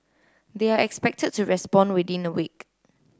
they are expected to respond within a week